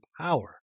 power